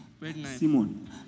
Simon